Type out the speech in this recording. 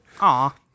Aw